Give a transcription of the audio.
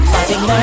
Fighting